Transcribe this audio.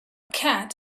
cat